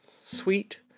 sweet